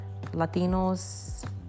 Latinos